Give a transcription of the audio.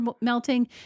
melting